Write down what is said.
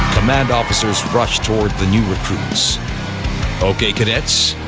command officers rush towards the new recruits okay cadets!